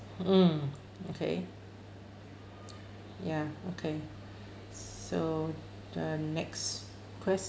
mm okay ya okay so the next question